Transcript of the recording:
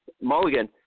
Mulligan